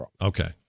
Okay